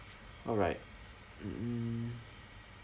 alright mm